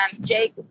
Jake